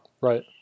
Right